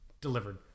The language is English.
delivered